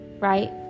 right